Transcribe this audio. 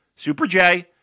SuperJ